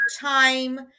time